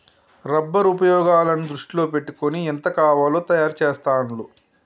rubber ఉపయోగాలను దృష్టిలో పెట్టుకొని ఎంత కావాలో తయారు చెస్తాండ్లు